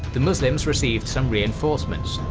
the muslims received some reinforcements,